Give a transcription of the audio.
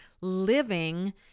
living